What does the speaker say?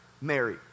Mary